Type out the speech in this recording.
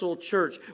church